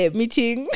meeting